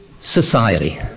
society